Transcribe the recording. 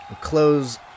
close